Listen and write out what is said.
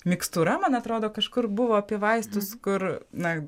mikstūra man atrodo kažkur buvo apie vaistus kur na